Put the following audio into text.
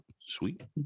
Sweet